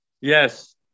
Yes